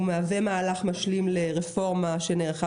הוא מהווה מהלך משלים לרפורמה שנערכה